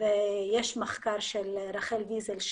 ויש מחקר של רחל ויזל,